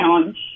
challenge